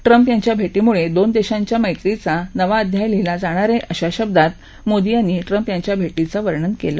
Trump यांच्या भेटीम्ळे दोन देशांच्या मैत्रीचा नवा अध्याय लिहिला जाणार आहे अशा शब्दात मोदी यांनी ट्रम्प यांच्या भेटीचं वर्णन केलं